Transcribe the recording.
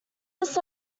list